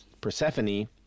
Persephone